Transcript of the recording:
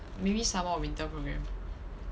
maybe summer or winter program